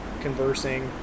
conversing